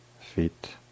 feet